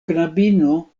knabino